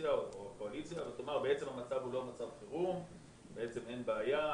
האופוזיציה או הקואליציה לומר שזה בעצם לא מצב חירום ובעצם אין בעיה,